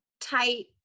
tight